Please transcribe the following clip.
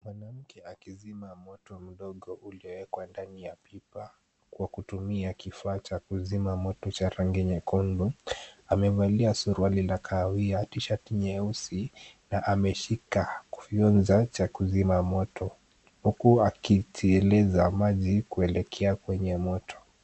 Mwanamke akizima moto mdogo ulioekwa ndani ya pipa, kwa kutumia kifaa cha kuzima moto cha rangi nyekundu. Amevalia suruali la kahawia, tshati nyeusi na ameshika kifyonza cha kuzima moto, huku akitilizi maji kwelekea kwenye moto.